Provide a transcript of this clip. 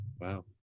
Wow